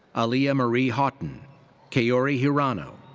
aliyah marie haughton kaori hirano.